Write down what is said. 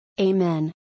Amen